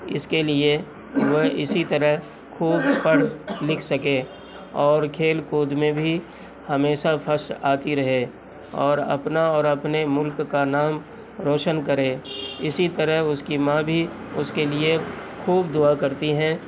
اس کے لیے وہ اسی طرح خوب پڑھ لکھ سکے اور کھیل کود میں بھی ہمیشہ فرسٹ آتی رہے اور اپنا اور اپنے ملک کا نام روشن کرے اسی طرح اس کی ماں بھی اس کے لیے خوب دعا کرتی ہیں